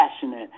passionate